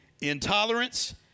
intolerance